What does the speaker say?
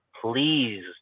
please